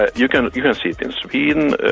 ah you can you know see it in sweden, the